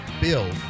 build